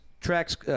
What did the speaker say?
tracks